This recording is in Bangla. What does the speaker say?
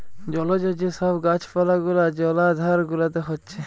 জলজ যে সব গাছ পালা গুলা জলাধার গুলাতে হচ্ছে